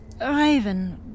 Raven